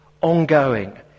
ongoing